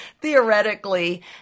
theoretically